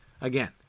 Again